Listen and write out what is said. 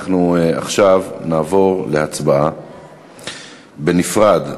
אנחנו נעבור עכשיו להצבעה בנפרד.